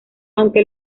aunque